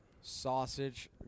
sausage